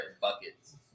buckets